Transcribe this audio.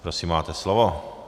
Prosím, máte slovo.